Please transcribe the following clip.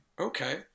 Okay